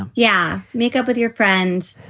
um yeah, make up with your friends,